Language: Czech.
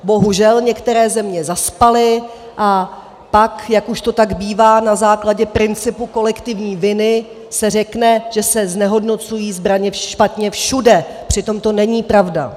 Bohužel některé země zaspaly, a se pak, jak už to ta bývá, na základě principu kolektivní viny řekne, že se znehodnocují zbraně špatně všude, přitom to není pravda.